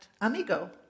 amigo